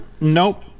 Nope